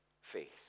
faith